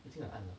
已经很暗了